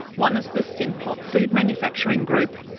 one is the simplot food manufacturing group,